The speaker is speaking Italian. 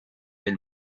del